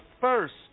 first